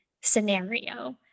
scenario